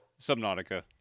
Subnautica